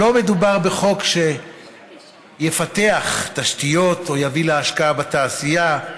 לא מדובר בחוק שיפתח תשתיות או יביא להשקעה בתעשייה.